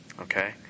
okay